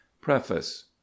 Preface